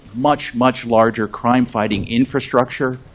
much, much larger crime fighting infrastructure,